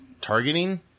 targeting